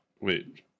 Wait